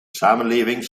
samenleving